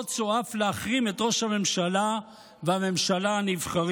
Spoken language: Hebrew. ללחוץ או אף להחרים את ראש הממשלה והממשלה הנבחרים.